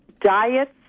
diets